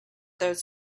those